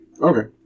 Okay